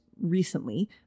recently